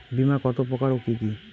বীমা কত প্রকার ও কি কি?